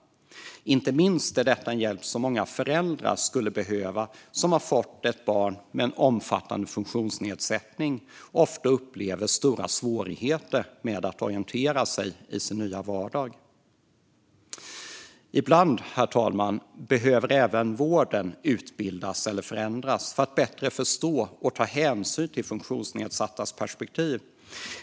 Inte minst är detta en hjälp som många föräldrar som har fått ett barn med en omfattande funktionsnedsättning skulle behöva. Ofta upplever de stora svårigheter med att orientera sig i sin nya vardag. Herr talman! Ibland behöver man även inom vården utbildas eller förändas för att bättre ska förstå och ta hänsyn till funktionsnedsattas perspektiv.